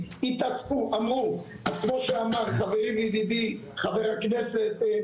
הן הפדיון הטוב ביותר לחברה הישראלית.